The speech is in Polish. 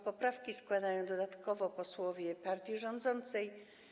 Poprawki składają dodatkowo posłowie partii rządzącej.